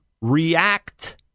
react